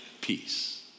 peace